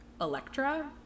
Electra